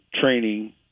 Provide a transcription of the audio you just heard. training